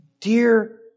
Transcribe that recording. Dear